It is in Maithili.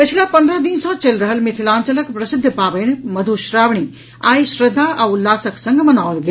पिछला पन्द्रह दिन सँ चलि रहल मिथिलांचलक प्रसिद्ध पावनि मधु श्रावणी आई श्रद्धा आ उल्लासक संग मनाओल गेल